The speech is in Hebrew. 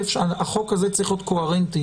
החוק הזה צריך להיות קוהרנטי.